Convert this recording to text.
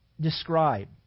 describe